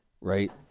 right